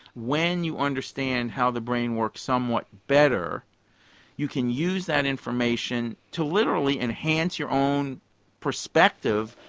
when you understand how the brain works somewhat better you can use that information to literally enhance your own perspective,